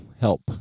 help